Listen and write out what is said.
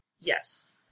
Yes